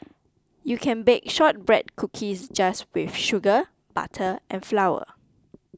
you can bake Shortbread Cookies just with sugar butter and flour